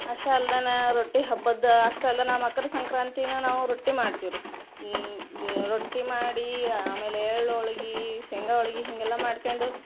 ಅಷ್ಟೆ ಅಲ್ದನಾ ರೊಟ್ಟಿ ಹಬ್ಬದ್ದ ಅಷ್ಟು ಅಲ್ದನಾ ಮಕರ ಸಂಕ್ರಾಂತೀನ ನಾವು ರೊಟ್ಟಿ ಮಾಡ್ತೀವಿ ರೀ ರೊಟ್ಟಿ ಮಾಡಿ ಆಮೇಲೆ ಎಳ್ಳ್ ಹೋಳಿಗಿ ಶೇಂಗಾ ಹೋಳಿಗಿ ಹಿಂಗೆಲ್ಲ ಮಾಡ್ಕ್ಯಂಡು